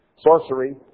sorcery